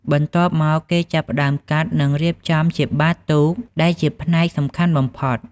បន្ទាប់មក គេចាប់ផ្តើមកាត់និងរៀបចំជាបាតទូក ដែលជាផ្នែកសំខាន់បំផុត។